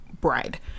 bride